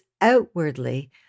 outwardly